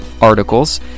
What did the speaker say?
articles